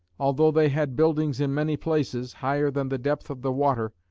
although they had buildings in many places, higher than the depth of the water,